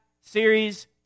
series